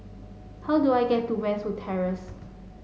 how do I get to Westwood Terrace